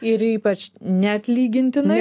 ir ypač neatlygintinai